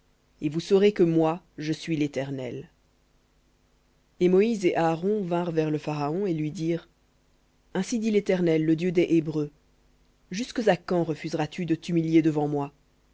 et vous saurez que moi je suis léternel et moïse et aaron vinrent vers le pharaon et lui dirent ainsi dit l'éternel le dieu des hébreux jusques à quand refuseras tu de t'humilier devant moi